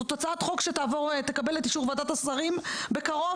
זאת הצעת חוק שתקבל את אישור ועדת השרים בקרוב,